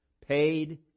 paid